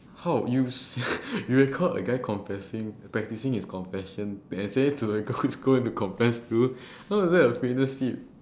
how you sia you record a guy confessing practicing his confession and send it to the girl that he's going to confess to how is that a fitness tip